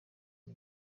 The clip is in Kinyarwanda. ngo